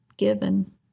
Given